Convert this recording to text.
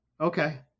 Okay